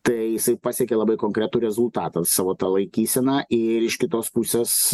tai jisai pasiekė labai konkretų rezultatą savo tą laikyseną ir iš kitos pusės